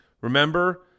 remember